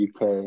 uk